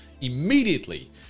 immediately